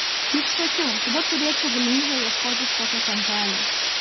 juk sakiau tada turėčiau galimybę ieškotis kokio kampelio